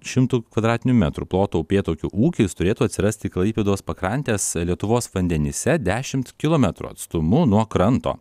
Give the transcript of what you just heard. šimtų kvadratinių metrų ploto upėtakių ūkis turėtų atsirasti klaipėdos pakrantės lietuvos vandenyse dešimt kilometrų atstumu nuo kranto